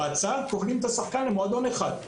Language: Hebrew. בהצעה כובלים את השחקן למועדון אחד,